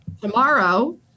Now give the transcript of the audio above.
tomorrow